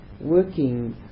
working